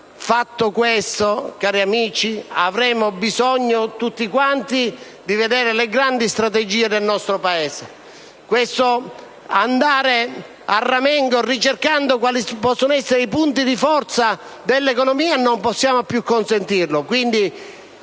fatto questo, cari amici, avremo bisogno tutti di vedere le grandi strategie del nostro Paese. Questo andare a ramengo ricercando quali possono essere punti di forza dell'economia non possiamo più consentirlo.